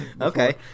Okay